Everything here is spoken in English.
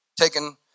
taken